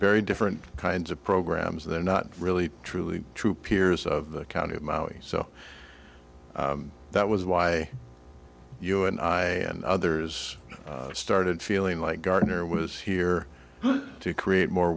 very different kinds of programs they're not really truly true peers of the county of maui so that was why you and i and others started feeling like gardner was here to create more